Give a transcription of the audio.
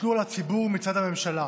הוטלו על הציבור מצד הממשלה.